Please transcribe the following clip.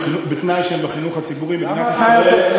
בתנאי שהם בחינוך הציבורי במדינת ישראל.